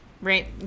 Right